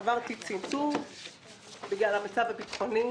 עברתי צנתור בגלל המצב הביטחוני,